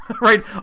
right